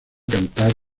cantar